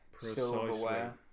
silverware